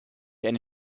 eine